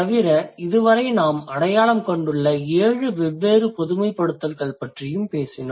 தவிர இதுவரை நாம் அடையாளம் கண்டுள்ள 7 வெவ்வேறு பொதுமைப்படுத்தல்கள் பற்றியும் பேசினோம்